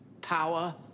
power